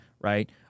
Right